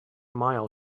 mile